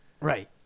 right